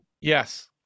Yes